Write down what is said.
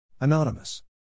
Anonymous